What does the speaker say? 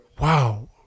wow